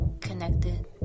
connected